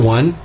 One